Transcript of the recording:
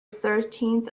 thirteenth